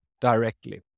directly